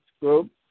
group